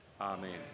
Amen